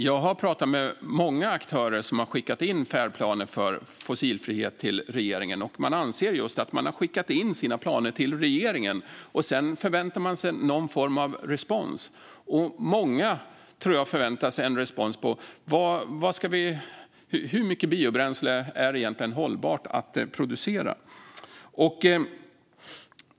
Jag har pratat med många aktörer som har skickat in färdplaner för fossilfrihet till regeringen, och de anser att de har skickat in sina planer till just regeringen och förväntar sig någon form av respons. Många förväntar sig nog ett svar på hur mycket biobränsle det är hållbart att producera.